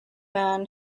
man